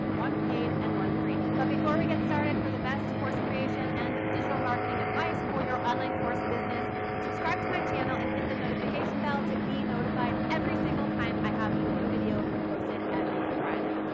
one paid and one free. but before we get started, for the best course creation and digital marketing advice for your online course business subscribe to my channel and hit the notification bell to be notified every single time i have a new video posted every friday.